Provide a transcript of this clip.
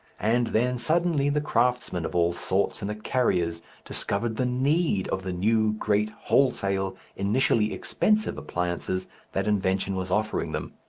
and then suddenly the craftsmen of all sorts and the carriers discovered the need of the new, great, wholesale, initially expensive appliances that invention was offering them.